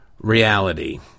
reality